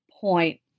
point